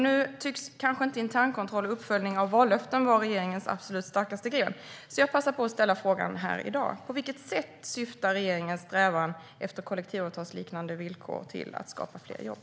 Nu tycks inte internkontroll och uppföljning av vallöften vara regeringens absolut starkaste gren, så jag passar på att ställa frågan här i dag: På vilket sätt syftar regeringens strävan efter kollektivavtalsliknande villkor till att skapa fler jobb?